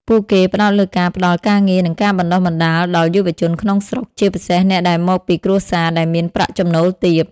ពួកគេផ្តោតលើការផ្តល់ការងារ និងការបណ្តុះបណ្តាលដល់យុវជនក្នុងស្រុក ជាពិសេសអ្នកដែលមកពីគ្រួសារដែលមានប្រាក់ចំណូលទាប ។